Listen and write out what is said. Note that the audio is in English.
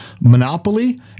Monopoly